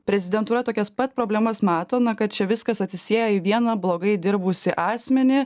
prezidentūra tokias pat problemas mato na kad čia viskas atsisėjo į vieną blogai dirbusį asmenį